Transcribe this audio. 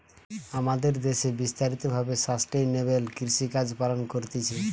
আমাদের দ্যাশে বিস্তারিত ভাবে সাস্টেইনেবল কৃষিকাজ পালন করতিছে